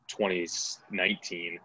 2019